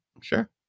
Sure